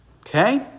Okay